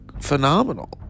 phenomenal